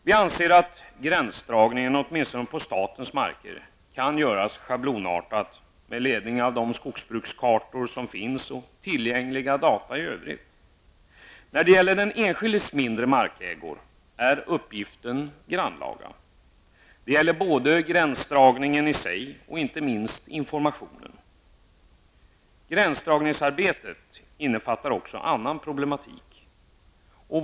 Vi anser att gränsdragningen, åtminstone på statens marker, kan göras schablonartat med ledning av de skogsbrukskartor som finns och tillgängliga data i övrigt. När det gäller den enskildes mindre markägor är uppgiften grannlaga. Det gäller både gränsdragningen i sig och inte minst informationen. Gränsdragningsarbetet innefattar också annan problematik.